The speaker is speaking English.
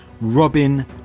Robin